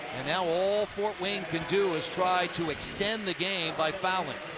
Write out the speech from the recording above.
and now all fort wayne can do is try to extend the game by fouling.